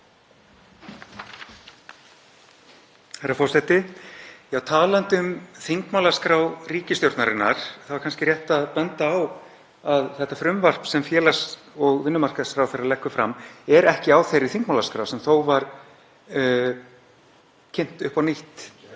Herra forseti. Talandi um þingmálaskrá ríkisstjórnarinnar er kannski rétt að benda á að þetta frumvarp, sem félags- og vinnumarkaðsráðherra leggur fram, er ekki á þeirri þingmálaskrá sem þó var kynnt upp á nýtt